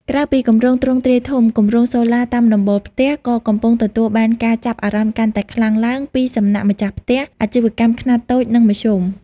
ក្រៅពីគម្រោងទ្រង់ទ្រាយធំ គម្រោងសូឡាតាមដំបូលផ្ទះ ក៏កំពុងទទួលបានការចាប់អារម្មណ៍កាន់តែខ្លាំងឡើងពីសំណាក់ម្ចាស់ផ្ទះ អាជីវកម្មខ្នាតតូច និងមធ្យម។